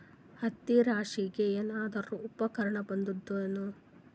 ಹತ್ತಿ ರಾಶಿಗಿ ಏನಾರು ಉಪಕರಣ ಬಂದದ ಏನು?